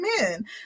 men